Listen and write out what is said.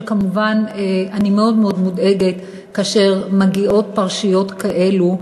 שכמובן אני מאוד מאוד מודאגת כאשר מגיעות פרשיות כאלה,